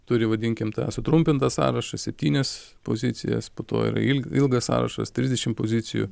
turi vadinkim tą sutrumpintą sąrašą septynias pozicijas po to yra il ilgas sąrašas trisdešimt pozicijų